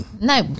No